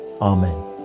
amen